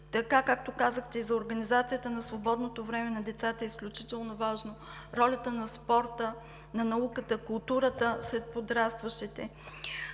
Както казахте, организацията на свободното време на децата е изключително важна, ролята на спорта, на науката, културата сред подрастващите.